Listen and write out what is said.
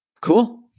cool